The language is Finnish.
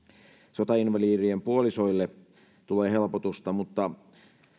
sotainvalidien puolisoille tulee helpotusta mutta